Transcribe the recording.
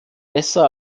besser